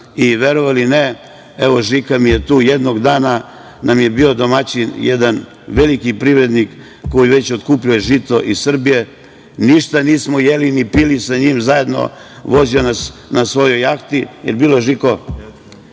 Verovali ili ne, evo, Žika mi je tu, jednog dana nam je bio domaćin jedan veliki privrednik koji već otkupljuje žito iz Srbije. Ništa nismo ni jeli ni pili sa njim zajedno, vozio nas je na svojoj jahti, jel bilo Žiko?